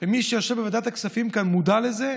ומי שיושב בוועדת הכספים כאן מודע לזה,